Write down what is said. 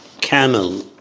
camel